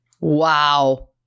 Wow